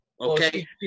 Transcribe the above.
okay